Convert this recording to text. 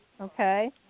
okay